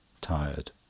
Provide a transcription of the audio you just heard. tired